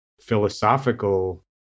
philosophical